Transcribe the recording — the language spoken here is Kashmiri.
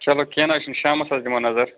چلو کیٚنٛہہ نہَ حظ چھُنہٕ شامَس حظ دِمو نظر